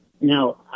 Now